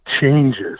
changes